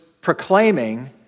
proclaiming